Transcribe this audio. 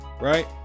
right